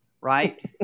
right